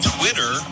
Twitter